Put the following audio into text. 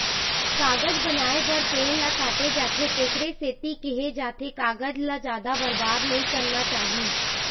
कागज बनाए बर पेड़ ल काटे जाथे तेखरे सेती केहे जाथे कागज ल जादा बरबाद नइ करना चाही